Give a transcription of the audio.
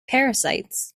parasites